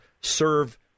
serve